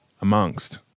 amongst